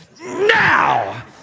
now